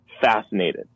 Fascinated